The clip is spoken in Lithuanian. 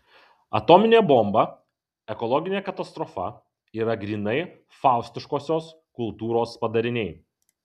atominė bomba ekologinė katastrofa yra grynai faustiškosios kultūros padariniai